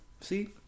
See